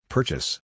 Purchase